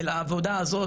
אל העבודה הזאת,